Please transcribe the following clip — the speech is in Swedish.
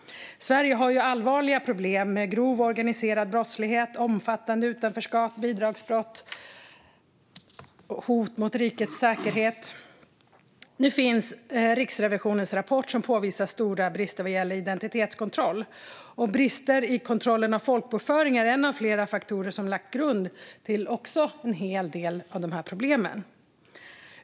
Sverige har allvarliga problem med grov organiserad brottslighet, omfattande utanförskap, bidragsbrott och hot mot rikets säkerhet. Nu finns Riksrevisionens rapport, som påvisar stora brister vad gäller identitetskontroll. Brister i kontrollen av folkbokföringen är en av flera faktorer som lagt grund till en hel del av de här problemen.